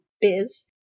Biz